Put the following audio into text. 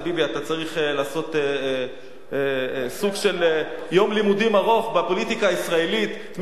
אתה צריך לעשות סוג של יום לימודים ארוך בפוליטיקה הישראלית מי אמר.